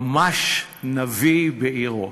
ממש נביא בעירו.